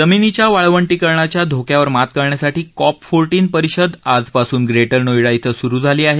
जमीनीच्या वाळवंटीकरणाच्या धोक्यावर मात करण्यासाठी कॉप फोरटिन परिषद आजपासून ग्रेटर नोयडा श्विं सुरु झाली आहे